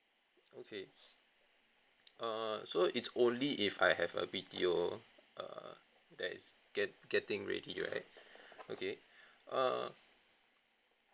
okay err so it's only if I have a B_T_O err that is get getting ready right okay err